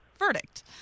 verdict